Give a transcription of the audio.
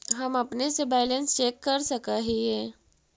हम अपने से बैलेंस चेक कर सक हिए?